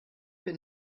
bin